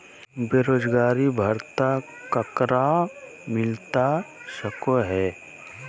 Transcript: बेरोजगारी भत्ता ककरा मिलता सको है?